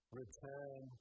return